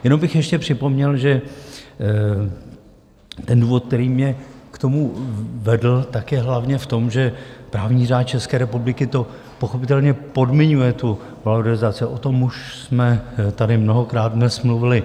Jenom bych ještě připomněl, že ten důvod, který mě k tomu vedl, tak je hlavně v tom, že právní řád České republiky to pochopitelně podmiňuje, tu valorizaci, o tom už jsme tady mnohokrát dnes mluvili.